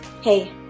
Hey